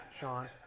Sean